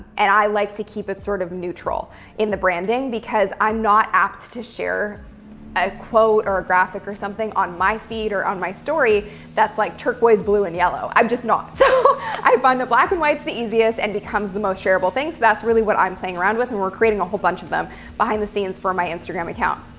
and i like to keep it sort of neutral in the branding, because i'm not apt to share a quote or a graphic or something on my feed or on my story that's like turquoise, blue and yellow. i'm just not. so i find that black and white's the easiest, and becomes the most shareable thing. so that's really what i'm playing around with, and we're creating a whole bunch of them behind the scenes for my instagram account.